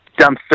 dumpster